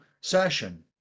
session